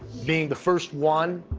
being the first one